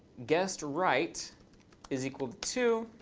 guessed right is equal to two,